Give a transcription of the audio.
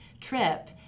trip